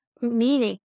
meaning